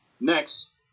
Next